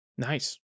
Nice